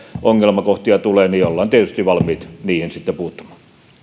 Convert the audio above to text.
ongelmakohtia tulee niin ollaan tietysti valmiit niihin sitten puuttumaan